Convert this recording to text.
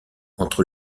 entre